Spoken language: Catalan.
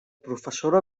professora